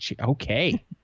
okay